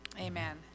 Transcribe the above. amen